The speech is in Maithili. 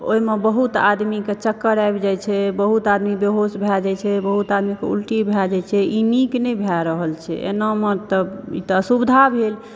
ओहिमे बहुत आदमीके चक्कर आबि जाइत छै बहुत आदमी बेहोश भऽ जाइत छै बहुत आदमी के उल्टी भऽ जाइत छै ई नीक नहि भय रहल छै एनामे तऽ ई तऽ असुविधा भेल